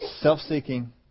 self-seeking